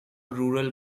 rural